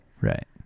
Right